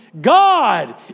God